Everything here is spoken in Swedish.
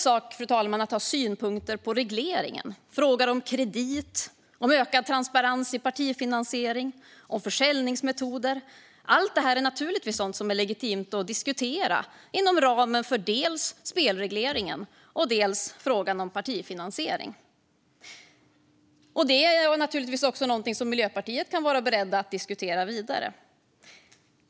Det är en sak att ha synpunkter på regleringen och frågor om kredit, ökad transparens i partifinansiering och försäljningsmetoder - allt detta är naturligtvis sådant som är legitimt att diskutera inom ramen för dels spelregleringen, dels frågan om partifinansiering. Det är naturligtvis något som Miljöpartiet kan vara beredda att diskutera vidare.